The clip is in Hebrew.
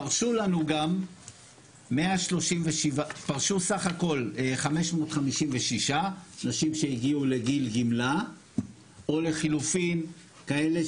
פרשו לנו גם סך הכל 556. אנשים שהגיעו לגיל גמלה או לחילופין כאלה